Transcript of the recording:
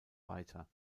weiter